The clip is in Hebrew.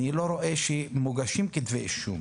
אני לא רואה שמוגשים כתבי אישום,